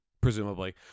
presumably